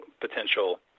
potential